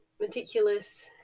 meticulous